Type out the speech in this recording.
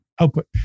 output